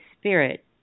Spirit